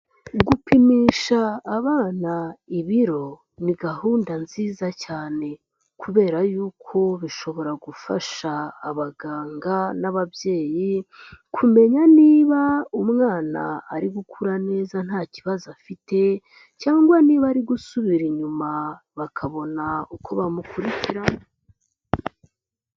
Gupimisha abana ibiro ni gahunda nziza cyane kubera yuko bishobora gufasha abaganga n'ababyeyi kumenya niba umwana ari gukura neza ntakibazo afite cyangwa niba ari gusubira inyuma, bakabona uko bamukurikirana.